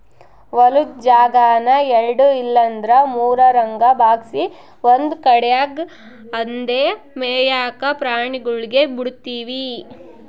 ಹೊಲುದ್ ಜಾಗಾನ ಎಲ್ಡು ಇಲ್ಲಂದ್ರ ಮೂರುರಂಗ ಭಾಗ್ಸಿ ಒಂದು ಕಡ್ಯಾಗ್ ಅಂದೇ ಮೇಯಾಕ ಪ್ರಾಣಿಗುಳ್ಗೆ ಬುಡ್ತೀವಿ